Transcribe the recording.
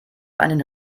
einen